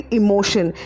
emotion।